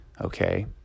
Okay